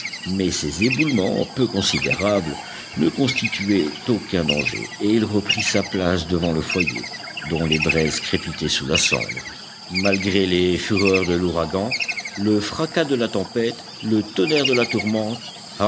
mais ces éboulements peu considérables ne constituaient aucun danger et il reprit sa place devant le foyer dont les braises crépitaient sous la cendre malgré les fureurs de l'ouragan le fracas de la tempête le tonnerre de la tourmente